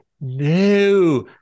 No